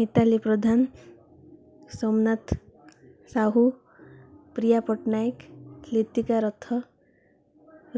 Mithali Pradhan Somnath Sahu Priya Pattnaik Litika Rath